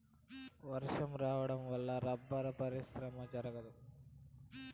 వర్షాలు రావడం వల్ల రబ్బరు పరిశ్రమ జరగదు